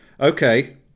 Okay